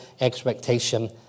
expectation